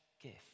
gift